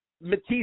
matisse